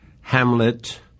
Hamlet